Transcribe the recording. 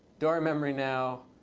don't remember now.